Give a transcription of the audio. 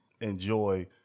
enjoy